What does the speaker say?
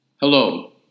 Hello